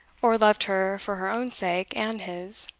or loved her for her own sake and his,